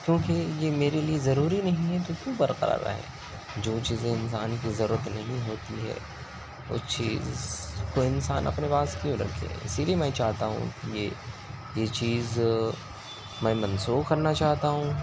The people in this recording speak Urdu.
کیونکہ یہ میرے لیے ضروری نہیں ہے تو کیوں برقرار رہے جو چیزیں انسان کی ضرورت نہیں ہوتی ہے وہ چیز تو انسان اپنے پاس کیوں رکھے اسی لیے میں چاہتا ہوں کہ یہ یہ چیز میں منسوخ کرنا چاہتا ہوں